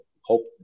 hope